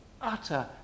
utter